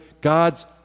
God's